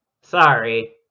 sorry